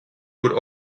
would